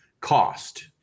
cost